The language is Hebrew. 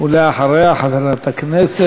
זה הכיבוש,